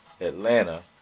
Atlanta